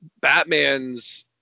Batman's